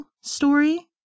story